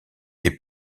est